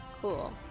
cool